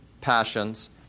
passions